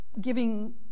giving